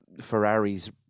Ferrari's